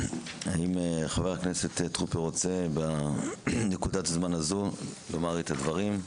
אם חבר הכנסת טרופר רוצה בנקודת זמן הזו לומר את הדברים?